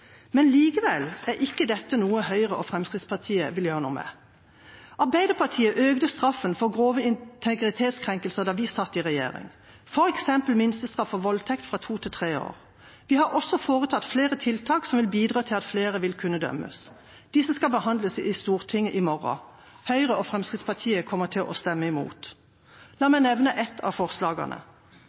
Men likevel er ikke dette noe som Høyre og Fremskrittspartiet vil gjøre noe med. Arbeiderpartiet økte straffen for grove integritetskrenkelser da vi satt i regjering. For eksempel økte vi minstestraffen for voldtekt fra to til tre år. Vi har også foreslått flere tiltak som vil bidra til at flere vil kunne dømmes. Disse skal behandles i Stortinget i morgen. Høyre og Fremskrittspartiet kommer til å stemme imot. La meg nevne et av forslagene: